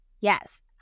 Yes